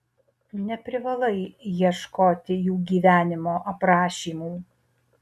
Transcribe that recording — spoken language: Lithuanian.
neprivalai ieškoti jų gyvenimo aprašymų